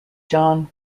john